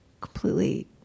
completely